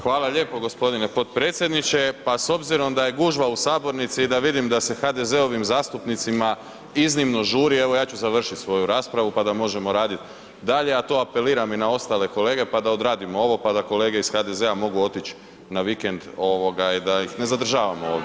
Hvala lijepo gospodine potpredsjedniče, pa s obzirom da je gužva u sabornici i da vidim da se HDZ-ovim zastupnicima iznimno žuri, evo ja ću završiti svoju raspravu pa da možemo raditi dalje a to apeliram i na ostale kolege, pa da odradimo ovo pa da kolege iz HDZ-a mogu otići na vikend i da ih ne zadržavamo ovdje.